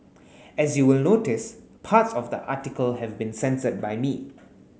as you will notice parts of the article have been censored by me